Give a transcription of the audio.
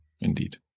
indeed